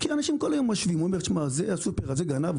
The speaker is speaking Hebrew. כי אנשים כל היום משווים ואומרים: "הסופר הזה גנב,